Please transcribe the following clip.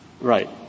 Right